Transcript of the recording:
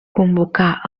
convocar